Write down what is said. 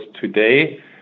today